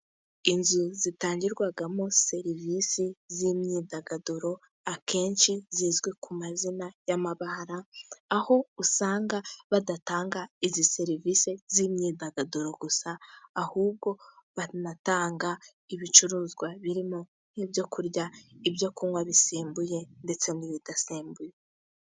Inzu zitangirwamo serivisi z'imyidagaduro, akenshi zizwi ku mazina y'amabara. Aho usanga badatanga izi serivisi z'imyidagaduro gusa, ahubwo banatanga ibicuruzwa birimo nk'ibyo kurya, ibyo kunywa bisembuye ndetse n'ibidasembuye.